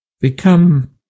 become